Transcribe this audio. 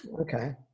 okay